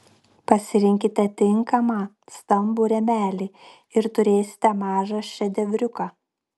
pasirinkite tinkamą stambų rėmelį ir turėsite mažą šedevriuką